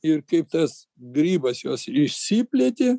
ir kaip tas grybas jos išsiplėtė